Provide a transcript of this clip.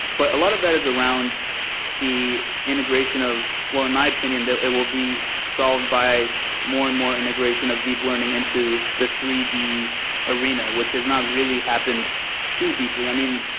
but a lot of that is around the integration of well, in my opinion, it will be solved by more and more integration of deep learning into the three d arena, which is not really happened too deeply. i mean,